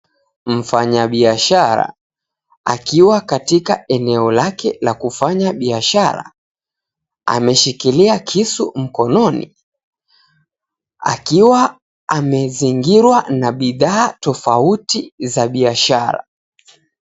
Mfanya biashara akiwa katika eneo lake la kufanya biashara, ameshikilia kisu mkononi akiwa amezingirwa na bidhaa tofauti za biashara.